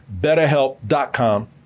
BetterHelp.com